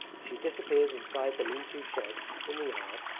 she disappears inside the lean-to shed in the yard,